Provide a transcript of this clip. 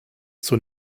zur